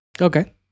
Okay